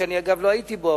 שאני אגב לא הייתי בו,